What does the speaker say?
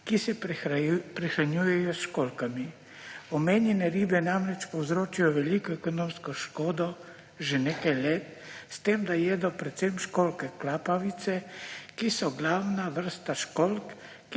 ki se prehranjujejo s školjkami. Omenjene ribe namreč povzročajo veliko ekonomsko škodo že nekaj let s tem, da jedo predvsem školjke klapavice, ki so glavna vrsta školjk,